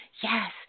Yes